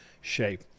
shape